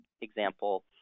example